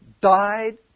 died